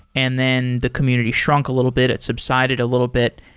and then the community shrunk a little bit. it subsided a little bit.